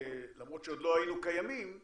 למרות שעוד לא היינו קיימים כוועדה,